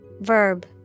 Verb